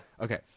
Okay